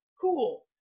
cool